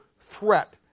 threat